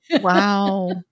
Wow